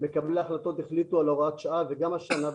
מקבלי ההחלטות החליטו על הוראת שעה וגם השנה.